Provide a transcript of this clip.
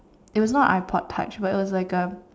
it was not an iPod touch but it was like a